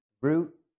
root